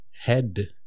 head